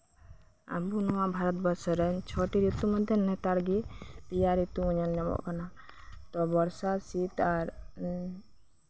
ᱟᱢ ᱦᱚᱸ ᱱᱚᱣᱟ ᱵᱷᱟᱨᱚᱛ ᱵᱚᱨᱥᱚ ᱨᱮᱱ ᱪᱷᱚᱴᱤᱨᱤᱛᱩ ᱢᱚᱫᱽᱫᱷᱮ ᱨᱮ ᱱᱮᱛᱟᱨ ᱫᱚ ᱯᱮᱭᱟ ᱨᱤᱛᱩ ᱧᱮᱞ ᱧᱟᱢᱚᱜ ᱠᱟᱱᱟ ᱛᱚ ᱵᱚᱨᱥᱟ ᱥᱤᱛ ᱟᱨ ᱥᱚᱨᱚᱛ